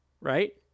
right